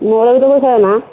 ହେ ନା